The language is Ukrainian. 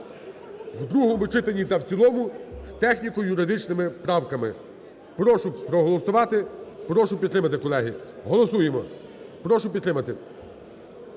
в другому читанні та в цілому з техніко-юридичними правками. Прошу проголосувати. Прошу підтримати, колеги. Голосуємо. Прошу підтримати.